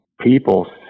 people